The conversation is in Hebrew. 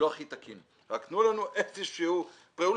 הכי תקין, רק תנו לנו איזשהו פרה-רולינג.